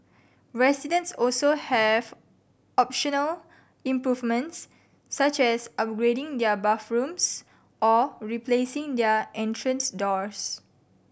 residents also have optional improvements such as upgrading their bathrooms or replacing their entrance doors